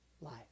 life